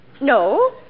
No